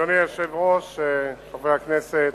אדוני היושב-ראש, חברי הכנסת,